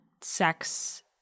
sex